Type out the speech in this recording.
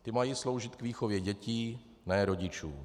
Ty mají sloužit k výchově dětí, ne rodičů.